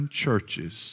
churches